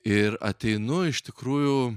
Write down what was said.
ir ateinu iš tikrųjų